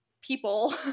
people